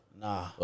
nah